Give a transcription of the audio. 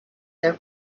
their